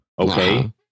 Okay